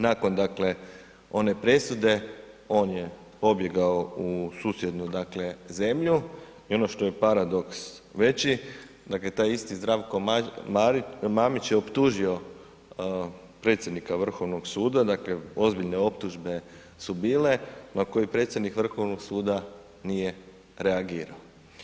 Nakon one presude on je pobjegao u susjednu zemlju i ono što je paradoks veći, dakle taj isti Zdravko Mamić je optužio predsjednika Vrhovnog suda, dakle ozbiljne optužbe su bile na koje predsjednik Vrhovnog suda nije reagirao.